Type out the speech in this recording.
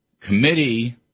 Committee